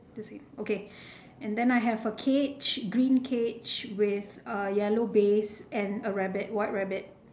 the same okay then I have a cage green cage with a yellow base and a rabbit white rabbit